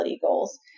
goals